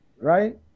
Right